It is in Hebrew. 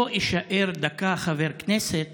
לא אישאר דקה חבר כנסת